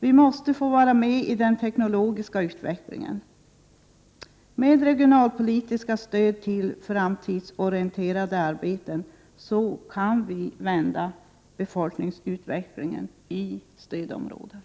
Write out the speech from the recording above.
Vi måste få vara med i den teknologiska utvecklingen. Med regionalpolitiska stöd till framtidsorienterade arbeten kan vi vända befolkningsutvecklingen i stödområdena.